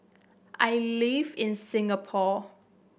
I live in Singapore